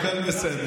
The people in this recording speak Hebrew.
אתה כתבת לו הודעה?